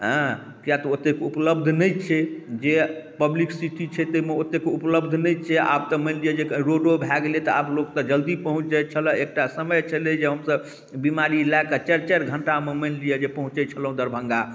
हँ किए तऽ ओतेक उपलब्ध नहि छै जे पब्लिक सिटी छै ताहिमे ओतेक उपलब्ध नहि छै आब तऽ मानि लिअ जे रोडो भए गेलै तऽ आब लोग तऽ जल्दी पहुँच जाइ छलए एकटा समय छलै जे हमसब बीमारी लए कऽ चारि चारि घंटा मे मानि लिअ जे पहुँचै छलहुॅं दरभंगा